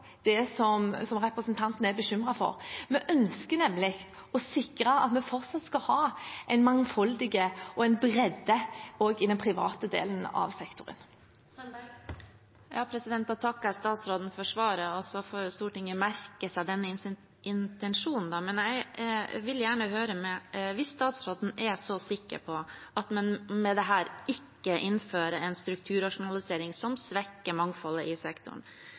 det som representanten er bekymret for. Vi ønsker nemlig å sikre at vi fortsatt skal ha et mangfold og en bredde også i den private delen av sektoren. Da takker jeg statsråden for svaret, og så får Stortinget merke seg den intensjonen. Men hvis statsråden er så sikker på at man med dette ikke innfører en strukturrasjonalisering som svekker mangfoldet i sektoren,